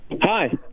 Hi